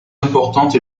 importante